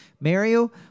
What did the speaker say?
Mario